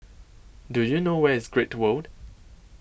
Do YOU know Where IS Great World